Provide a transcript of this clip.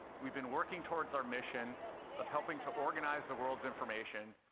we've been working towards our mission of helping to organize the world's information,